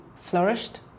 flourished